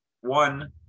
one